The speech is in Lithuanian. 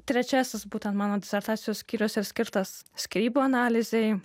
trečiasis būtent mano disertacijos skyrius ir skirtas skyrybų analizei